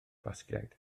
basgiaid